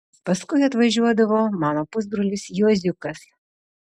paskui atvažiuodavo mano pusbrolis juoziukas